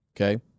Okay